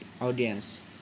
Audience